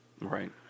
Right